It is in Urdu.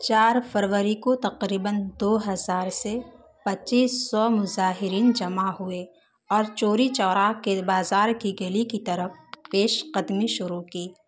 چار فروری کو تقریباً دو ہزار سے پچیس سو مظاہرین جمع ہوئے اور چوری چورا کے بازار کی گلی کی طرف پیش قدمی شروع کی